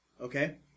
Okay